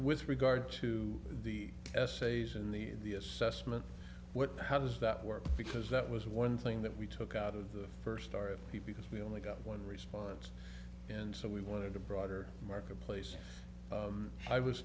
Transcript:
with regard to the essays in the assessment how does that work because that was one thing that we took out of the first story because we only got one response and so we wanted a broader marketplace i was